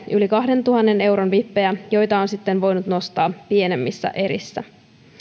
yli kahdentuhannen euron vippejä joita on sitten voinut nostaa pienemmissä erissä